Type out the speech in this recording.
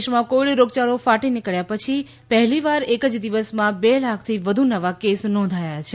દેશમાં કોવિડ રોગયાળો ફાટી નીકળ્યા પછી આ પહેલીવાર એક જ દિવસમાં બે લાખથી વધુ નવા કેસ નોંધાયા છે